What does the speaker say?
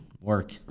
work